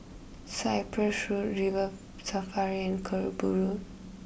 Cyprus Road River Safari and Kerbau Road